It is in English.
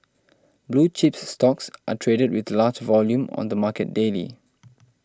blue chips stocks are traded with large volume on the market daily